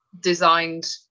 designed